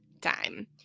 time